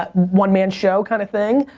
but one-man show kind of thing.